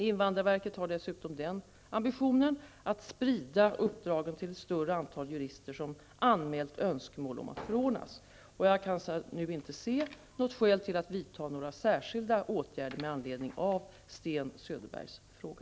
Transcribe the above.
Invandrarverket har dessutom den ambitionen att sprida uppdragen till ett större antal jurister som anmält önskemål om att förordnas. Jag kan nu inte se något skäl till att vidta några särskilda åtgärder med anledning av Sten Söderbergs fråga.